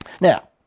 Now